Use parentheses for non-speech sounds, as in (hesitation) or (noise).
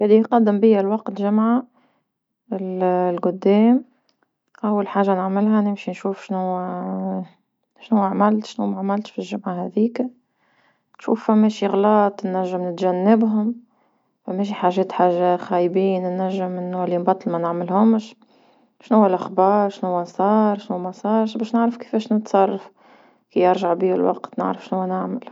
كان يقدم بيا الوقت جمعة (hesitation) لقدام، أول حاجة نعملها نمشي نشوف شنوا (hesitation) شنوا عملت شنوا ما عملش في الجمعة هاذيكا نشوف في شما غلاط نجم نتجنبهم، وماشي حاجات حاجة خايبين نجم نولي نبطل ما نعملهومش، شنوا الاخبار شنو صار؟ شنو ما صارش؟ باش نعرف كيفاش نتصرف، كي يرجع بيا الوقت نعرف شنوا نعمل.